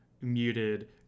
muted